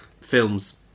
Films